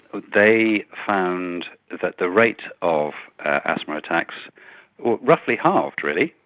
they found that the rate of asthma attacks roughly halved really,